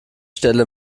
stelle